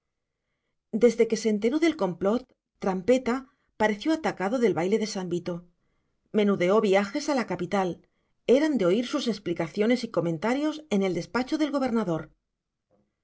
desde que se enteró del complot trampeta pareció atacado del baile de san vito menudeó viajes a la capital eran de oír sus explicaciones y comentarios en el despacho del gobernador